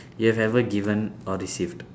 you have ever given or received